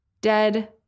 Dead